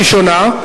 הראשונה,